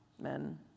men